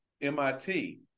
MIT